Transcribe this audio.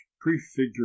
prefigure